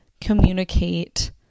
communicate